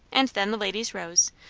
and then the ladies rose,